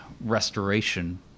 restoration